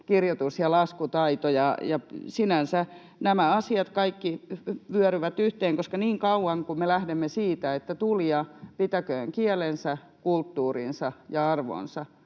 kirjoitus- ja laskutaito. Sinänsä kaikki nämä asiat vyöryvät yhteen, koska niin kauan kun me lähdemme siitä, että tulija pitäköön kielensä, kulttuurinsa ja arvonsa,